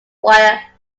wire